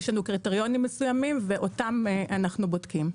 יש לנו קריטריונים מסוימים ואותם אנחנו בודקים.